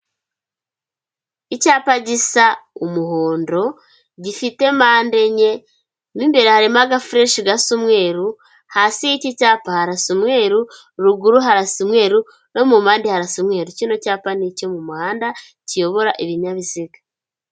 Icyapa gisa umuhondo gifite mpande enye , mo imbere harimo agafreshi gasa umweru hasi y'iki cyapa harasa umweru, ruguru harasa umweru, no mu mpande haras umweru kino cyapa ni icyo mu muhanda kiyobora ibinyabiziga.